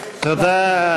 תודה.